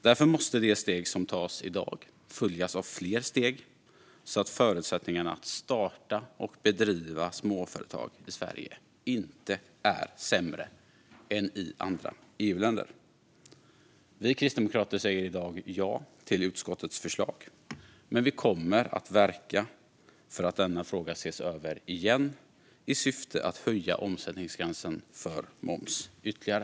Därför måste det steg som tas i dag följas av fler steg så att förutsättningarna att starta och driva småföretag i Sverige inte är sämre än i andra EU-länder. Vi kristdemokrater säger i dag ja till utskottets förslag, men vi kommer att verka för att denna fråga ses över igen i syfte att höja omsättningsgränsen för moms ytterligare.